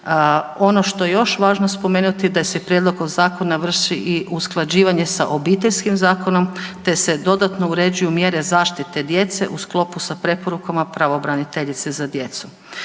Ono što je još važno spomenuti da se prijedlog zakona vrši i usklađivanje sa obiteljskim zakonom te se dodatno uređuju mjere zaštite djece u sklopu sa preporukama pravobraniteljice za djecu.